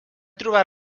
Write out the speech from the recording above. trobat